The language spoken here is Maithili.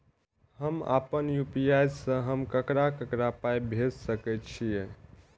हम आपन यू.पी.आई से हम ककरा ककरा पाय भेज सकै छीयै?